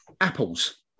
apples